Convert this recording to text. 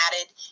added